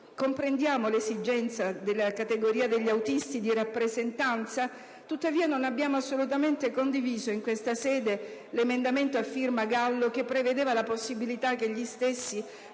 Comprendiamo l'esigenza della categoria degli autisti di rappresentanza; tuttavia non abbiamo assolutamente condiviso, in questa sede, l'emendamento a firma del senatore Gallo, che prevedeva la possibilità che gli stessi